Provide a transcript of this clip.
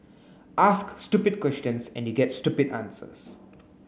ask stupid questions and you get stupid answers